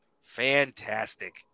fantastic